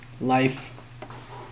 life